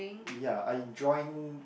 ya I join